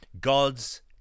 god's